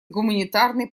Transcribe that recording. гуманитарной